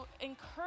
encourage